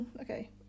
okay